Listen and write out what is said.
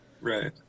Right